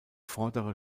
vordere